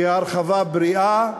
הרחבה בריאה,